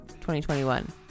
2021